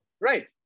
Right